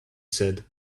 said